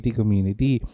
community